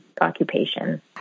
occupation